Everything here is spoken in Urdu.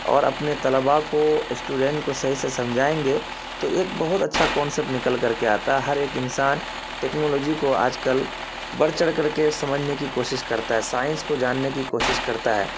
اور اپنے طلباء کو اسٹوڈینٹ کو صحیح سے سمجھائیں گے تو ایک بہت اچھا کانسپٹ نکل کر کے آتا ہے ہر ایک انسان ٹیکنالوجی کو آج کل بڑھ چڑھ کر کے سمجھنے کی کوشش کرتا ہے سائنس کو جاننے کی کوشش کرتا ہے